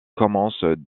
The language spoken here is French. commence